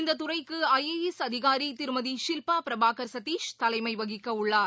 இந்தத் துறைக்கு I A S அதிகாரி திருமதி ஷில்பா பிரபாகர் சதீஷ் தலைமை வகிக்க உள்ளார்